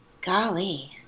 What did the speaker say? Golly